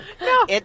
No